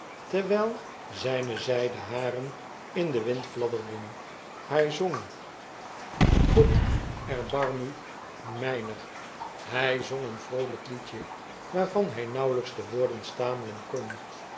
terwijl zyne zyden haren in den wind fladderden hy zong god erbarm u myner hy zong een vroolijk liedje waarvan hij nauwelyks de woorden stamelen kon